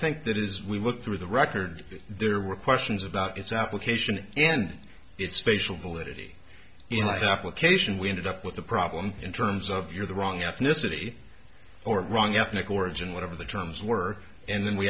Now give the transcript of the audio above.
think that is we look through the record there were questions about its application and its facial validity in its application we ended up with the problem in terms of you're the wrong ethnicity or wrong ethnic origin whatever the terms were and then we